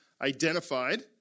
identified